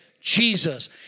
Jesus